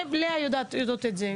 ולאה יודעת את זה.